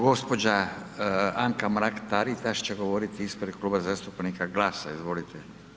Gđa. Anka Mrak Taritaš će govoriti ispred Kluba zastupnika GLAS-a, izvolite.